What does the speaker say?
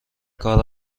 کار